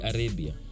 Arabia